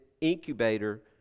incubator